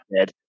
dead